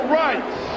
rights